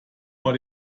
war